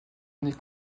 année